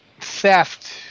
theft